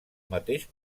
mateix